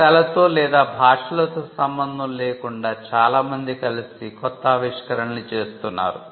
దేశాలతో లేదా భాషలతో సంబంధం లేకుండా చాలామంది కలిసి కొత్త ఆవిష్కరణల్ని చేస్తున్నారు